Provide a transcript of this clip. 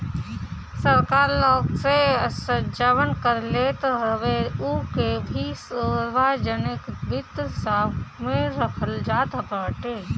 सरकार लोग से जवन कर लेत हवे उ के भी सार्वजनिक वित्त हिसाब में रखल जात बाटे